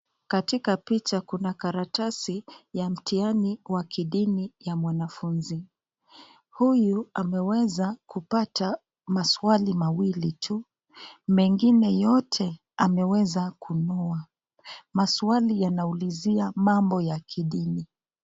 Katika picha kuna karatasi ya mtihani wa kigeni ya mwanafunzi huyu ameweza kupata maswali mawili tu mengine yote ameweza kung'oa. Maswali yanaulizia mambo ya kidini.